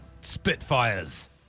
Spitfires